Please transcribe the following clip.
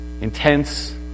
intense